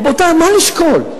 רבותי, מה לשקול?